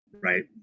Right